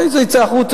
אולי זה יצא החוצה,